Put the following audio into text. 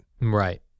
Right